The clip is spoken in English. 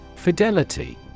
Fidelity